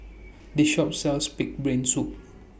This Shop sells Pig'S Brain Soup